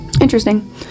interesting